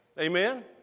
Amen